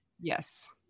yes